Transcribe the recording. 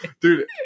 dude